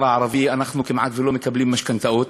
הערבי אנחנו כמעט לא מקבלים משכנתאות,